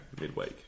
midweek